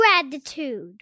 gratitude